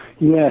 Yes